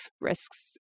risks